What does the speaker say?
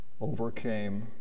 overcame